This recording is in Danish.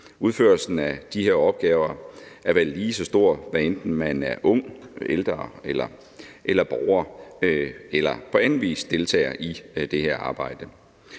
Udførelsen af de her opgaver er vel lige vigtig, hvad enten man er ung eller ældre borger, eller man på anden vis deltager i det her arbejde.